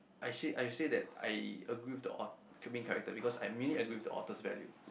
I say I say that I agree with the auth~ okay main character because I mainly agree with the author's value